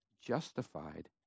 justified